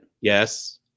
Yes